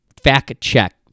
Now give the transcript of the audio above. fact-check